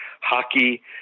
Hockey